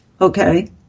Okay